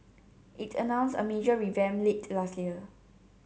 it announced a major revamp late last year